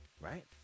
Right